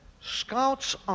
Scout's